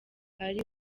ari